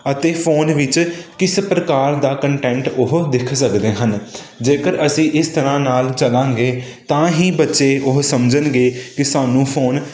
ਅਤੇ ਫੋਨ ਵਿੱਚ ਕਿਸ ਪ੍ਰਕਾਰ ਦਾ ਕੰਟੈਂਟ ਬਹੁਤ ਦੇਖ ਸਕਦੇ ਹਨ ਜੇਕਰ ਅਸੀਂ ਇਸ ਤਰ੍ਹਾਂ ਨਾਲ ਚਲਾਂਗੇ ਤਾਂ ਹੀ ਬੱਚੇ ਉਹ ਸਮਝਣਗੇ ਕਿ ਸਾਨੂੰ ਫੋਨ